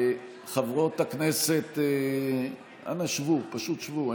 חברות הכנסת, אנא שבו, פשוט שבו.